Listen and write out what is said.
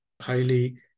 highly